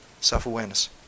self-awareness